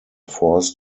forced